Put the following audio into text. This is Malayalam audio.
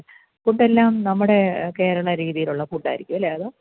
ഫുഡ് എല്ലാം നമ്മുടെ കേരള രീതിയിലുള്ള ഫുഡായിരിക്കും അല്ലേ അതോ